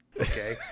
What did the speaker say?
Okay